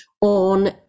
on